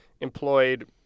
employed